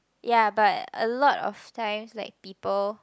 ya but a lot of times like people